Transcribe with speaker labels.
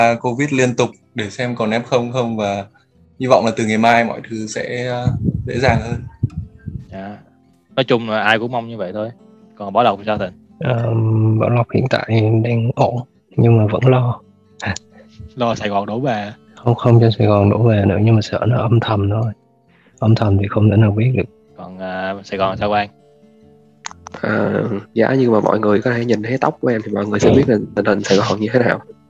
Speaker 1: COVID liên tục để xem còn F0 không và hy vọng là từ ngày mai mọi thứ sẽ, ờ, dễ dàng hơn.
Speaker 2: Dạ. Nói chung là ai cũng mong như vậy thôi. Còn Bảo Lộc thì sao thế?
Speaker 3: Ờ, Bảo Lộc hiện tại đang ổn nhưng mà vẫn lo.
Speaker 2: Lo Sài Gòn đổ về?
Speaker 3: Không, không cho Sài Gòn đổ về nữa nhưng mà sợ nó âm thầm thôi. Âm thầm thì không thể nào biết được.
Speaker 2: Còn, ờ, Sài Gòn sao Quang?
Speaker 4: Ờ, giá như mà mọi người có thể nhìn thấy tóc của em thì mọi người sẽ
Speaker 3: Ừ.
Speaker 4: biết là tình hình Sài Gòn như thế nào.